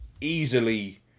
easily